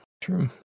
true